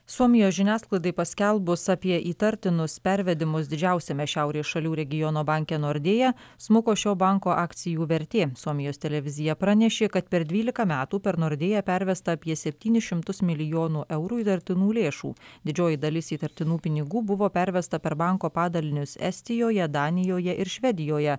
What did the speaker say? suomijos žiniasklaidai paskelbus apie įtartinus pervedimus didžiausiame šiaurės šalių regiono banke nordea smuko šio banko akcijų vertė suomijos televizija pranešė kad per dvylika metų per nordea pervesta apie septynis šimtus milijonų eurų įtartinų lėšų didžioji dalis įtartinų pinigų buvo pervesta per banko padalinius estijoje danijoje ir švedijoje